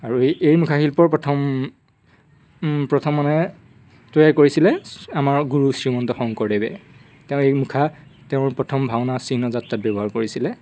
আৰু এই এই মুখা শিল্পৰ প্ৰথম প্ৰথম মানে তৈয়াৰ কৰিছিলে আমাৰ গুৰু শ্ৰীমন্ত শংকৰদেৱে তেওঁ এই মুখা তেওঁৰ প্ৰথম ভাওনা চিহ্ন যাত্ৰাত ব্যৱহাৰ কৰিছিলে